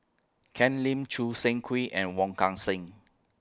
Ken Lim Choo Seng Quee and Wong Kan Seng